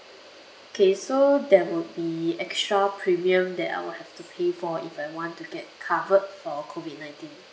okay so there will be extra premium then I will have to pay for either one ticket covered for COVID nineteen